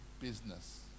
business